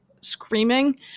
screaming